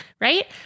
Right